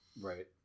Right